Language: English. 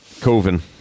Coven